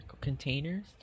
containers